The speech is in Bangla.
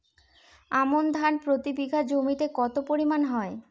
আমন ধান প্রতি বিঘা জমিতে কতো পরিমাণ হয়?